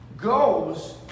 goes